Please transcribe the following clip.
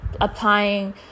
applying